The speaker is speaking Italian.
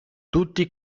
tutti